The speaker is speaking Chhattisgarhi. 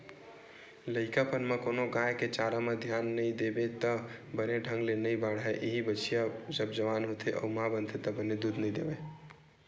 लइकापन म कोनो गाय के चारा म धियान नइ देबे त बने ढंग ले नइ बाड़हय, इहीं बछिया जब जवान होथे अउ माँ बनथे त बने दूद नइ देवय